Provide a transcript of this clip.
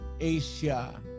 asia